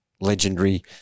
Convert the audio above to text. legendary